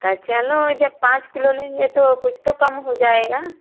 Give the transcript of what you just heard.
अ चलो जब पाँच किलो लेंगे तो कुछ तो कम हो जाएगा